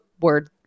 word